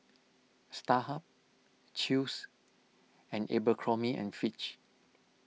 Starhub Chew's and Abercrombie and Fitch